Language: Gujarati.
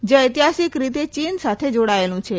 જે ઐતિહાસિક રીતે ચીન સાથે જોડાયેલું હતું